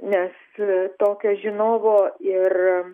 nes tokio žinovo ir